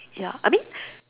ya I mean